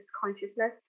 consciousness